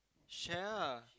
share ah